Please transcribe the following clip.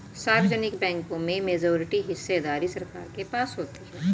सार्वजनिक बैंकों में मेजॉरिटी हिस्सेदारी सरकार के पास होती है